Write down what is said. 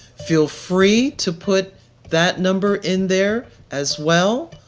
feel free to put that number in there as well,